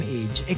age